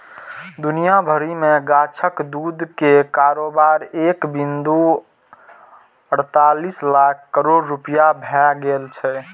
दुनिया भरि मे गाछक दूध के कारोबार एक बिंदु अड़तालीस लाख करोड़ रुपैया भए गेल छै